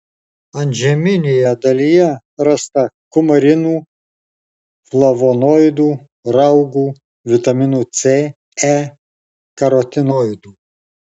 antžeminėje dalyje rasta kumarinų flavonoidų raugų vitaminų c e karotinoidų